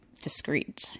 discreet